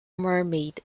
mermaid